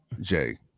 Jay